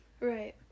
Right